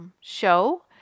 show